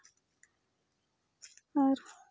ᱟᱨ